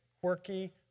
quirky